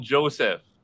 Joseph